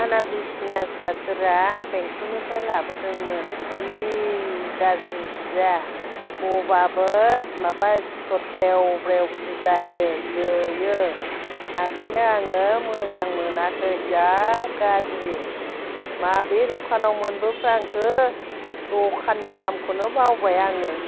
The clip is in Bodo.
आंना बिसना सादोरा बेंटलनिफ्राइ लाबोदोंमोन जि गाज्रि सिया बबाबो माबा सिथर ब्रेव ब्रेवसो जायो जोयो आखायनो आङो मोजां मोनाखै जा गाज्रि माबे दखानाव मोनबोफ्रांखो दखाननि नामखौनो बावबाय आङो